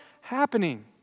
happening